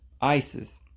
Isis